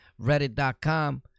Reddit.com